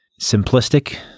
simplistic